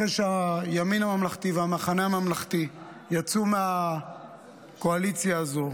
אחרי שהימין הממלכתי והמחנה הממלכתי יצאו מהקואליציה הזו.